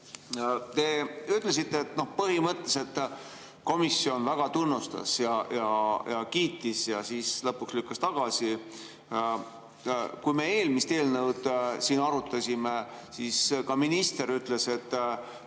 Te ütlesite, et põhimõtteliselt komisjon väga tunnustas ja kiitis, aga lõpuks lükkas tagasi. Kui me eelmist eelnõu siin arutasime, siis minister ütles, et